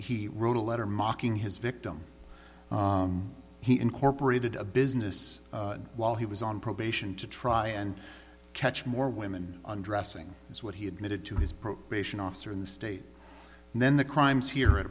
he wrote a letter mocking his victim he incorporated a business while he was on probation to try and catch more women on dressing is what he admitted to his probation officer in the state and then the crimes here at